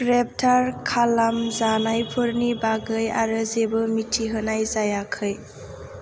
ग्रेप्टार खालाम जानायफोरनि बागै आरो जेबो मिथिहोनाय जायाखै